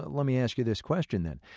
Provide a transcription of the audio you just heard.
let me ask you this question then.